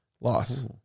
Loss